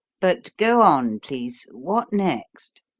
but go on, please. what next?